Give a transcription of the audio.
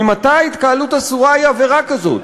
ממתי התקהלות אסורה היא עבירה כזאת?